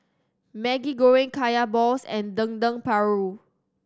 Maggi Goreng Kaya balls and Dendeng Paru